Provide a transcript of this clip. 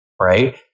right